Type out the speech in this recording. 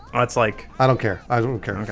that's like. i don't care. i don't care. okay.